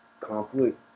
conflict